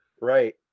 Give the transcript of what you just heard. Right